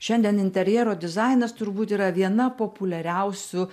šiandien interjero dizainas turbūt yra viena populiariausių